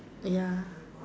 ya